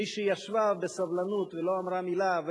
מי שישבה בסבלנות ולא אמרה מלה,